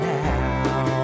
now